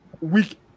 week